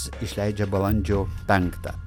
išleidžia balandžio penktą